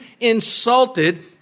insulted